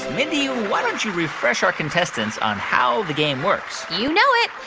mindy, why don't you refresh our contestants on how the game works? you know it.